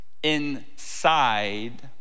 inside